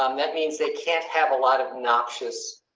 um that means they can't have a lot of noxious.